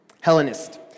Hellenist